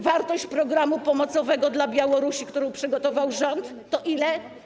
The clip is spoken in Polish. Wartość programu pomocowego dla Białorusi, który przygotował rząd to ile?